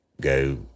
Go